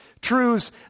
truths